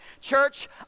church